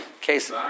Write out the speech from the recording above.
case